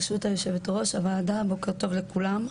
ברשות יושבת ראש הוועדה, בוקר טוב לכולם.